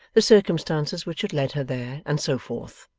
the circumstances which had led her there, and so forth.